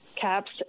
caps